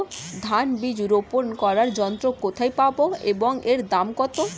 ধান বীজ রোপন করার যন্ত্র কোথায় পাব এবং এর দাম কত?